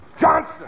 Johnson